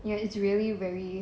ya it's really very